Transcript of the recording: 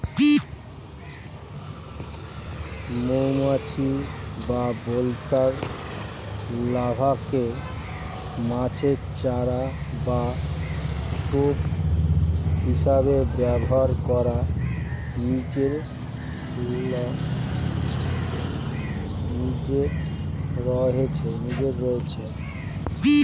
মৌমাছি বা বোলতার লার্ভাকে মাছের চার বা টোপ হিসেবে ব্যবহার করার নজির রয়েছে